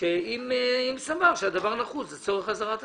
אם סבר שהדבר נחוץ לצורך אזהרת הציבור?